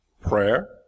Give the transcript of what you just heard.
prayer